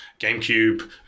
GameCube